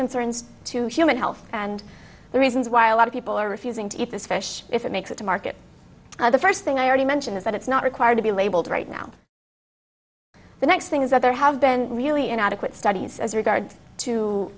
concerns to human health and the reasons why a lot of people are refusing to eat this fish if it makes it to market the first thing i already mentioned is that it's not required to be labeled right now the next thing is that there have been really inadequate studies as regards to